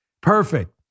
Perfect